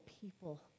people